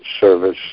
service